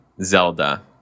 Zelda